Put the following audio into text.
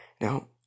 Now